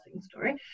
story